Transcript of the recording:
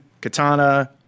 katana